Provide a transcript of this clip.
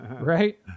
Right